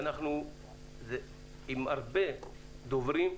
ואנחנו עם הרבה דוברים,